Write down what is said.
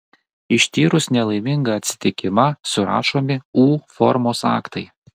ištyrus nelaimingą atsitikimą surašomi u formos aktai